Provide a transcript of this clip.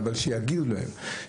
אבל שיגידו להם,